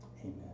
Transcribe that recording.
amen